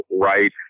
right